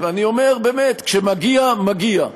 ואני אומר באמת, כשמגיע מגיע,